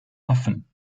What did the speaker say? affen